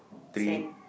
fan